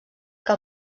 que